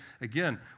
again